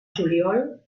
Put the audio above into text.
juliol